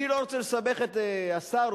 אני לא רוצה לסבך את שר החינוך,